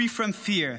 free from fear.